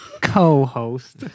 co-host